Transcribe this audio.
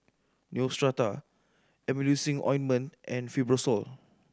Neostrata Emulsying Ointment and Fibrosol